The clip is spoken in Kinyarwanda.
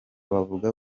bavuga